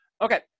Okay